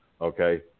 okay